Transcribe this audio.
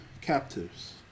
captives